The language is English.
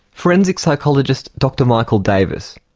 forensic psychologist dr michael davis.